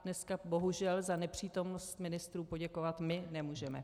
Dneska bohužel za nepřítomnost ministrů poděkovat my nemůžeme.